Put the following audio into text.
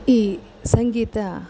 ಈ ಸಂಗೀತ